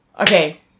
Okay